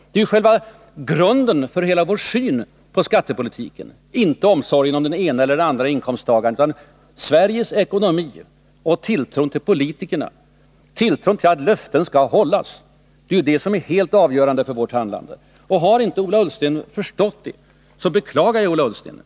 Det är själva grunden för hela vår syn på skattepolitiken — inte omsorg om den ena eller andra inkomsttagaren utan Sveriges ekonomi och tilltron till politiker och till att löften skall hållas. Det är helt avgörande för vårt handlande. Har inte Ola Ullsten förstått det så beklagar jag honom.